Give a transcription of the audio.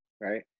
right